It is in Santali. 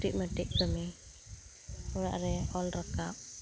ᱠᱟᱹᱴᱤᱡ ᱢᱟᱹᱴᱤᱡ ᱠᱟᱹᱢᱤ ᱚᱲᱟᱜᱨᱮ ᱦᱚᱞ ᱨᱟᱠᱟᱵ